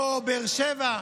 באר שבע,